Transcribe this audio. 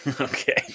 Okay